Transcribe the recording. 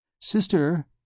Sister